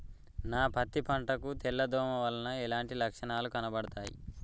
నా పత్తి పంట కు తెల్ల దోమ వలన ఎలాంటి లక్షణాలు కనబడుతాయి?